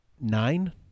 nine